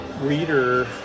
reader